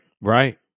right